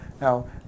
Now